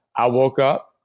i woke up,